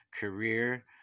career